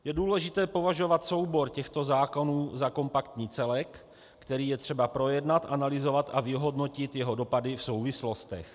Je důležité považovat soubor těchto zákonů za kompaktní celek, který je třeba projednat, analyzovat a vyhodnotit jeho dopady v souvislostech.